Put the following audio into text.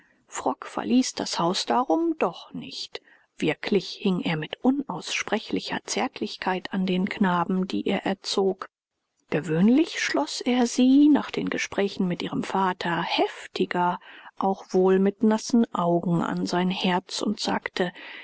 frock verließ das haus darum doch nicht wirklich hing er mit unaussprechlicher zärtlichkeit an den knaben die er erzog gewöhnlich schloß er sie nach den gesprächen mit ihrem vater heftiger auch wohl mit nassen augen an sein herz und sagte